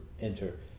enter